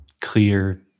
clear